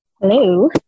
Hello